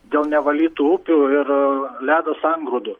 dėl nevalytų upių ir ledo sangrūdų